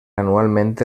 anualmente